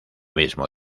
mismo